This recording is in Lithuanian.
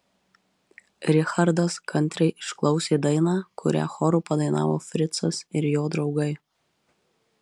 richardas kantriai išklausė dainą kurią choru padainavo fricas ir jo draugai